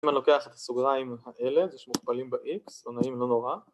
אם אני לוקח את הסוגריים האלה, זה שמוכפלים ב-X, לא נעים, לא נורא.